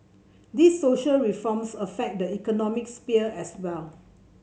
these social reforms affect the economic sphere as well